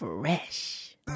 Fresh